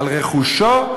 ברכושו,